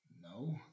No